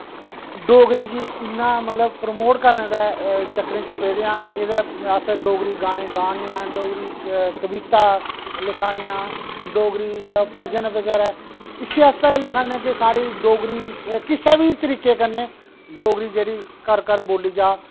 डोगरी गी इन्ना मतलब प्रमोट करने दे चक्करें च पेदे आं एह्दे मतलब अस डोगरी गाने गान्ने आं डोगरी कविता लिखै ने आं डोगरी भजन बगैरा इस्सै आस्तै गै लिखै ने कि साढ़ी डोगरी जेह्की साढ़े तरीके कन्नै डोगरी जेह्ड़ी घर घर बोली जा